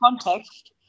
context